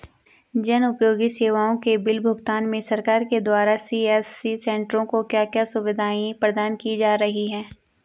जन उपयोगी सेवाओं के बिल भुगतान में सरकार के द्वारा सी.एस.सी सेंट्रो को क्या क्या सुविधाएं प्रदान की जा रही हैं?